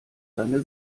seine